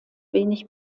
wenig